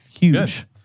huge